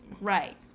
Right